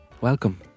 Welcome